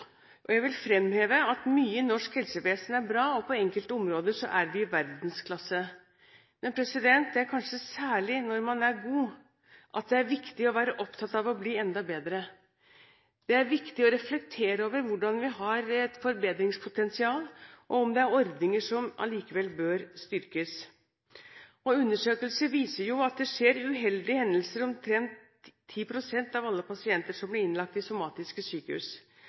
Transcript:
omsorgstjenesten. Jeg vil fremheve at mye i norsk helsevesen er bra, og på enkelte områder er vi i verdensklasse. Men det er kanskje særlig når man er god, at det er viktig å være opptatt av å bli enda bedre. Det er viktig å reflektere over om vi har et forbedringspotensial – og om det er ordninger som allikevel bør styrkes. Undersøkelser viser at det skjer uheldige hendelser med omtrent 10 pst. av alle pasienter som blir innlagt i somatiske sykehus.